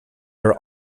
are